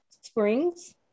Springs